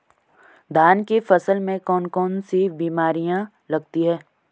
धान की फसल में कौन कौन सी बीमारियां लगती हैं?